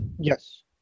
Yes